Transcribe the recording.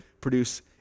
produce